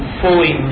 fully